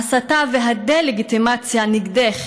ההסתה והדה-לגיטימציה נגדך,